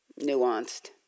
nuanced